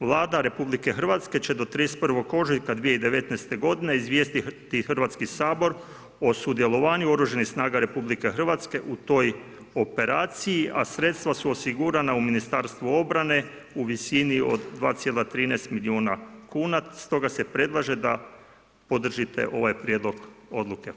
Vlada Republike Hrvatske će do 31.ožujka 2019. g. izvijestiti Hrvatski sabor o sudjelovanju oružanih snaga RH u toj operaciji a sredstva su osigurana u Ministarstvu obrane, u visini od 2,13 milijuna kuna, stoga se predlaže da podržite ovaj prijedlog odluke.